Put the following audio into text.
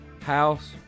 house